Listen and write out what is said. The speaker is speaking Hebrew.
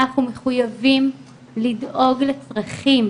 אנחנו מחוייבים לדאוג לצרכים,